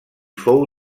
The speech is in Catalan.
fou